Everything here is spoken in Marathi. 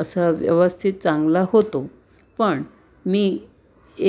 असा व्यवस्थित चांगला होतो पण मी